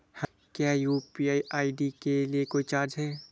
क्या UPI ID के लिए कोई चार्ज है?